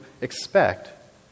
expect